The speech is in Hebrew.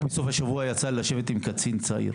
בסוף השבוע יצא לי לשבת עם קצין צעיר.